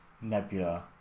Nebula